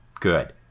Good